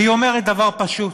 והיא אומרת דבר פשוט,